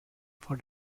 for